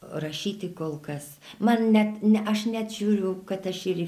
rašyti kol kas man net ne aš net žiūriu kad aš ir